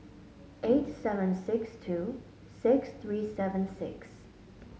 eight seven six two six three seven six